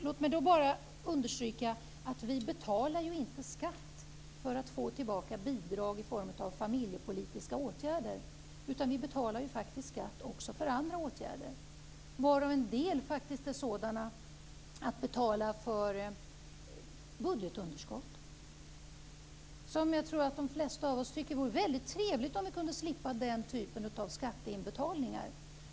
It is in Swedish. Låt mig bara understryka att vi inte betalar skatt för att få tillbaka bidrag i form av familjepolitiska åtgärder, utan vi betalar skatt för andra åtgärder. En del är sådana att vi betalar för budgetunderskott. Jag tror att de flesta av oss tycker att det vore trevligt om vi kunde slippa den typen av skatteinbetalningar.